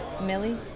Millie